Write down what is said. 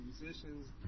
musicians